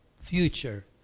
future